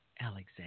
Alexander